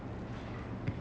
ya it looks